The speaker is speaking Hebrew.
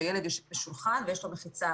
שהילד יושב בשולחן ויש לו מחיצה,